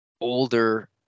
older